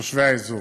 לתושבי האזור.